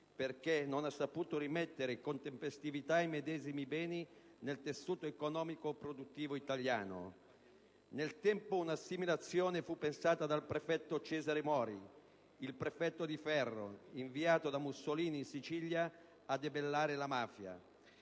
perché non ha saputo rimettere con tempestività i medesimi beni nel tessuto economico-produttivo italiano. Nel tempo, una simile azione fu pensata dal prefetto Cesare Mori, il «prefetto di ferro», inviato da Mussolini in Sicilia a debellare la mafia.